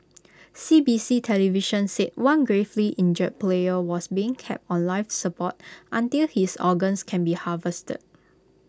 C B C television said one gravely injured player was being kept on life support until his organs can be harvested